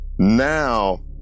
Now